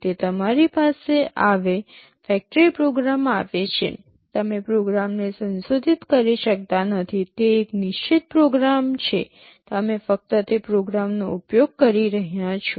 તે તમારી પાસે આવે ફેક્ટરી પ્રોગ્રામ આવે છે તમે પ્રોગ્રામને સંશોધિત કરી શકતા નથી તે એક નિશ્ચિત પ્રોગ્રામ સિસ્ટમ છે તમે ફક્ત તે પ્રોગ્રામનો ઉપયોગ કરી રહ્યાં છો